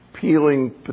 peeling